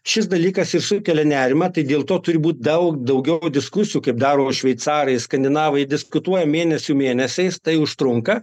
šis dalykas ir sukelia nerimą tai dėl to turi būti daug daugiau diskusijų kaip daro šveicarai skandinavai diskutuoja mėnesių mėnesiais tai užtrunka